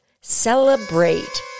Celebrate